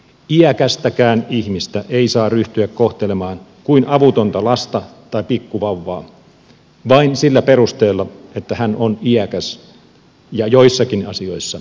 iäkästäkään ihmistä ei saa ryhtyä kohtelemaan kuin avutonta lasta tai pikkuvauvaa vain sillä perusteella että hän on iäkäs ja joissakin asioissa tuen tarpeessa